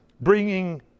bringing